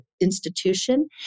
institution